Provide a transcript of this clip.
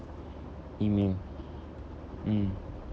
email mm